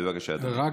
בבקשה, אדוני.